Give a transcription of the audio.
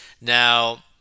Now